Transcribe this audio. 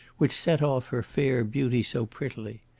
which set off her fair beauty so prettily.